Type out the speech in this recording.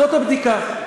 זאת הבדיקה.